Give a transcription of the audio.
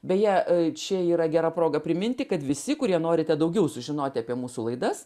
beje čia yra gera proga priminti kad visi kurie norite daugiau sužinoti apie mūsų laidas